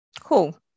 cool